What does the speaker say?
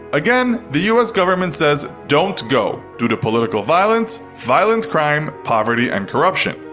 again, the u s. government says don't go, due to political violence, violent crime, poverty and corruption.